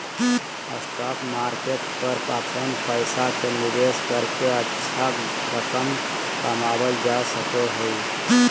stock market पर अपन पैसा के निवेश करके अच्छा रकम कमावल जा सको हइ